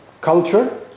culture